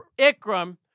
Ikram